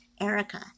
erica